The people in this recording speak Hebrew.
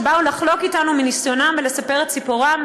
שבאו לחלוק איתנו מניסיונם ולספר את סיפורם.